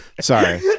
sorry